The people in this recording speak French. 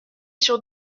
sur